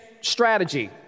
strategy